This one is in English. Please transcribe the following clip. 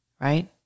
Right